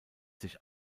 sich